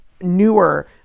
newer